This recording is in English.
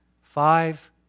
five